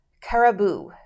Caribou